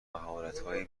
مهارتهایی